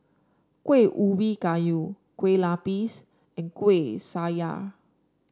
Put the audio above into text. Kueh Ubi Kayu Kueh Lapis and Kuih Syara